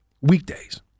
weekdays